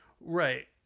Right